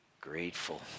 grateful